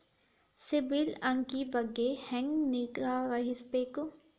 ಸಿಬಿಲ್ ಅಂಕಿ ಬಗ್ಗೆ ಹೆಂಗ್ ನಿಗಾವಹಿಸಬೇಕು?